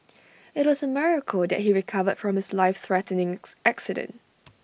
IT was A miracle that he recovered from his life threatening accident